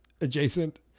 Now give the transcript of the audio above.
adjacent